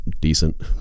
decent